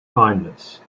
kindness